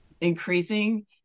increasing